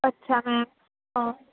اچھا میم ہاں